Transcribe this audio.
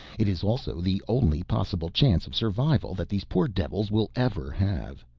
it is also the only possible chance of survival that these poor devils will ever have.